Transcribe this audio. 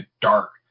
dark